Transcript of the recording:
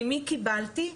ממי קיבלתי?